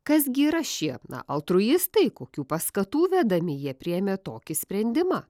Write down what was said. kas gi yra šie altruistai kokių paskatų vedami jie priėmė tokį sprendimą